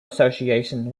association